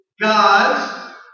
Gods